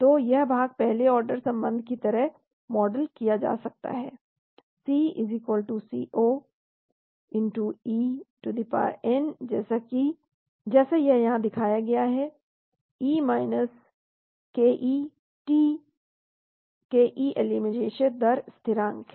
तो यह भाग पहले ऑर्डर संबंध की तरह मॉडल किया जा सकता है C C0 e जैसा यह यहाँ दिखाया गया है e ke t ke elimination दर स्थिरांक है